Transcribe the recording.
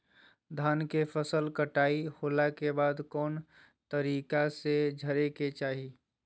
धान के फसल कटाई होला के बाद कौन तरीका से झारे के चाहि?